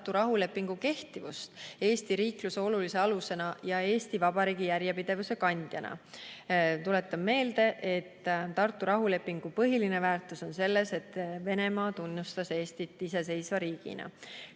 Tartu rahulepingu kehtivust Eesti riikluse olulise alusena ja Eesti Vabariigi järjepidevuse kandjana. Tuletan meelde, et Tartu rahulepingu põhiline väärtus on selles, et Venemaa tunnustas Eestit iseseisva riigina.